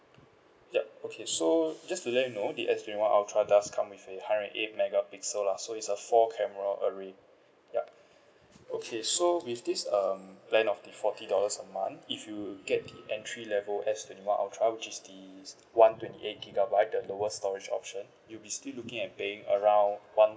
yup okay so just to let you know the S twenty one ultra does come with a hundred and eight mega pixel lah so it's a four camera yup okay so with this um plan of the forty dollars a month if you get the entry level S twenty one ultra which is the one twenty eight gigabyte the lowest storage option you'll be still looking at paying around one